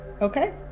Okay